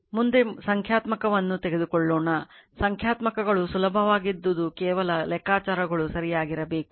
ಮುಂದೆ ಸಂಖ್ಯಾತ್ಮಕವನ್ನು ತೆಗೆದುಕೊಳ್ಳೋಣ ಸಂಖ್ಯಾತ್ಮಕಗಳು ಸುಲಭವಾದದ್ದು ಕೇವಲ ಲೆಕ್ಕಾಚಾರಗಳು ಸರಿಯಾಗಿರಬೇಕು